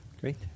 Great